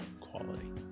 quality